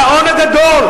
הגאון הגדול,